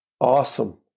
awesome